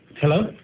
Hello